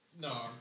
no